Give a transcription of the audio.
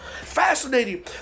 Fascinating